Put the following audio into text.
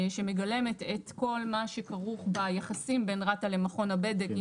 שמגלמת את כל מה שכרוך ביחסים בין רת"א למכון הבדק.